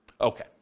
Okay